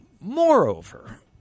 Moreover